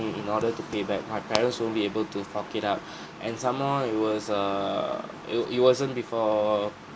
in order to pay back my parents won't be able to fuck it up and some more it was err it w~ it wasn't before